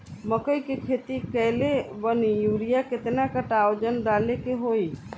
मकई के खेती कैले बनी यूरिया केतना कट्ठावजन डाले के होई?